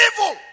evil